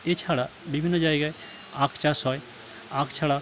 এ ছাড়া বিভিন্ন জায়গায় আখ চাষ হয় আখ ছাড়া